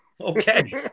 Okay